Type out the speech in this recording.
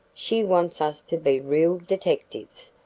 she wants us to be real detectives,